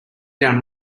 down